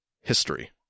history